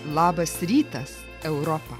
labas rytas europa